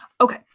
okay